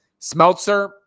Smeltzer